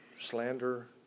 slander